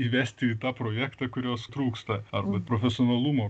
įvesti į tą projektą kurios trūksta arba profesionalumo